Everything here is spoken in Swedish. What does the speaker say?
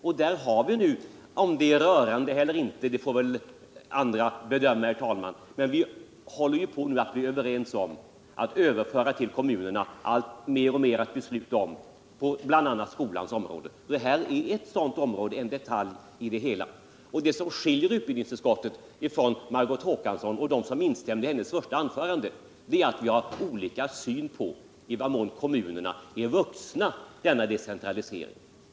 Om det är rörande eller inte får väl andra bedöma, herr talman, men vi håller ju nu på att bli överens om att överföra ull kommunerna mer och mer att besluta om, bl.a. på skolans område. Vad som skiljer utbildningsutskottet från Margot Häkansson och dem som instämde i hennes första anförande är att vi har en annan syn på I vad män kommunerna är vuxna denna decentralisering.